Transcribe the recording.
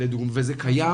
זה קיים